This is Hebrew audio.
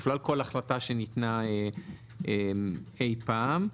לא על כל החלטה שניתנה אי פעם.